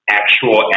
actual